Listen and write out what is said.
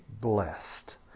blessed